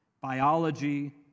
biology